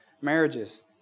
Marriages